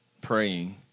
praying